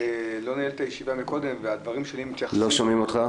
לא ניהלת את הישיבה מקודם והדברים שלי מתייחסים --- לא שומעים אותך.